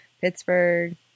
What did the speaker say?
Pittsburgh